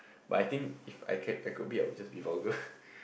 but I think if I can I could be I just be a power girl